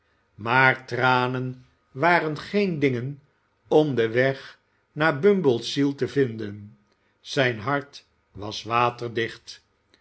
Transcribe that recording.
maar tranen waren geen dingen om den weg naar bumble's ziel te vinden zijn hart was waterdicht